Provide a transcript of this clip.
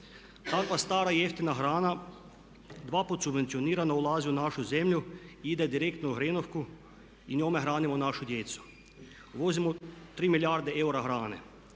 Takva stara i jeftina hrana dvaput subvencionirana ulazi u našu zemlju, ide direktno u hrenovku i njome hranimo našu djecu. Uvozimo 3 milijarde eura hrane.